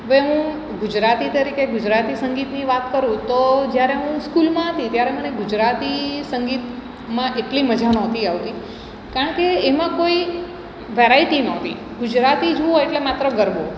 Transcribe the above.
હવે હું ગુજરાતી તરીકે ગુજરાતી સંગીતની વાત કરું તો જ્યારે હું સ્કૂલમાં હતી ત્યારે મને ગુજરાતી સંગીતમાં એટલી મજા નહોતી આવતી કારણ કે એમાં કોઈ વેરાયટી નહોતી ગુજરાતી જુઓ એટલે માત્ર ગરબો